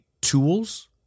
tools